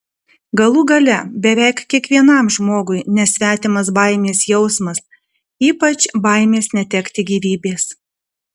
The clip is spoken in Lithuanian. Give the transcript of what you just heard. galų gale beveik kiekvienam žmogui nesvetimas baimės jausmas ypač baimės netekti gyvybės